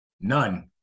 none